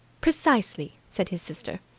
precisely, said his sister.